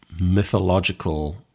mythological